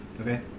okay